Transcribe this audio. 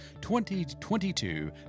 2022